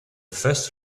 first